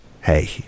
hey